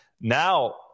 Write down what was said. Now